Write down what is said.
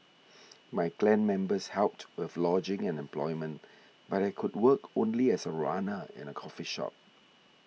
my clan members helped with lodging and employment but I could work only as a runner in a coffee shop